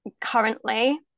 currently